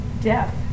death